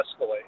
escalate